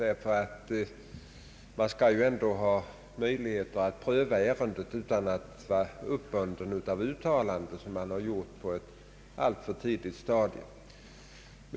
Man måste ändå ha möjligheter att pröva ärendet utan att vara bunden av uttalanden som gjorts på ett alltför tidigt stadium.